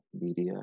media